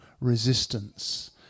resistance